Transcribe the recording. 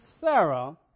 Sarah